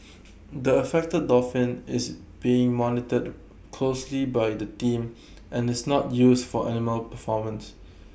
the affected dolphin is being monitored closely by the team and is not used for animal performances